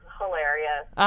hilarious